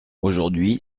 aujourd’hui